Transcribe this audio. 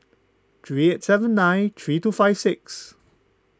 three eight seven nine three two five six